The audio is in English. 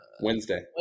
Wednesday